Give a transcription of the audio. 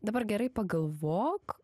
dabar gerai pagalvok